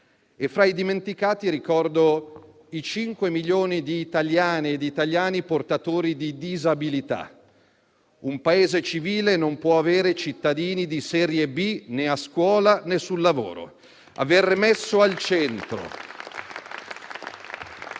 Tra i dimenticati ricordo i 5 milioni di italiane e italiani portatori di disabilità. Un Paese civile non può avere cittadini di serie B né a scuola, né sul lavoro. Sono